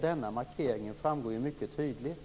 Denna markering framgår mycket tydligt.